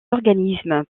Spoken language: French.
organismes